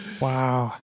wow